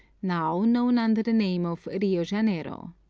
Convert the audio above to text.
now known under the name of rio janeiro.